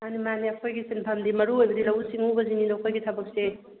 ꯃꯥꯅꯤ ꯃꯥꯅꯤ ꯑꯈꯣꯏꯒꯤ ꯁꯤꯟꯐꯝꯗꯤ ꯃꯔꯨ ꯑꯣꯏꯕꯗꯤ ꯂꯧꯎ ꯁꯤꯡꯎꯕꯁꯤꯅꯤ ꯑꯩꯈꯣꯏꯒꯤ ꯊꯕꯛꯁꯦ